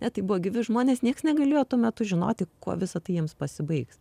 ne tai buvo gyvi žmonės nieks negalėjo tuo metu žinoti kuo visa tai jiems pasibaigs